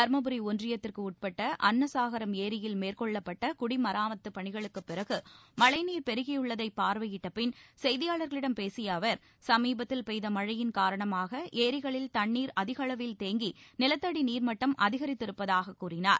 தர்மபுரி ஒன்றியத்திற்கு உட்பட்ட அன்னசாகரம் ஏரியில் மேற்கொள்ளப்பட்ட குடிமராமத்துப் பணிகளுக்குப் பிறகு மழைநீர் பெருகியுள்ளதை பார்வையிட்ட பின் செய்தியாளர்களிடம் பேசிய அவர் சுமீபத்தில் பெய்த மழையின் காரணமாக ஏரிகளில் தண்ணீர் அதிகளவில் தேங்கி நிலத்தடி நீர்மட்டம் அதிகரித்திருத்திருப்பதாகக் கூறினார்